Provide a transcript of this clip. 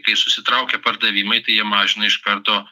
kai susitraukia pardavimai tai jie mažina iš karto